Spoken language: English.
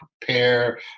prepare